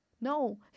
no